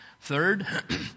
Third